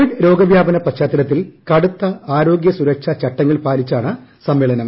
Covid രോഗവ്യാപന പശ്ചാത്തലത്തിൽ കടുത്ത ആരോഗൃസുരക്ഷാ ചട്ടങ്ങൾ പാലിച്ചാണ് സമ്മേളനം